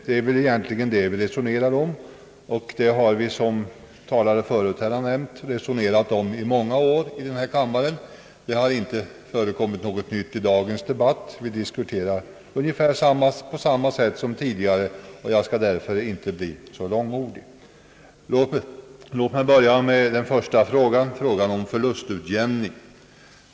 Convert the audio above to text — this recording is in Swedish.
Det är väl egentligen det vi resonerar om, och det har vi som här förut nämnts resonerat om i många år i denna kammare, Det har inte förekommit något nytt i dagens debatt, utan vi diskuterar frågan ungefär på samma sätt som tidigare. Jag skall därför inte bli så mångordig. Låt mig börja med den första frågan, som gäller förlustutjämning.